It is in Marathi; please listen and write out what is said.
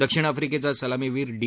दक्षिण आफ्रिकेचा सलामीवीर डी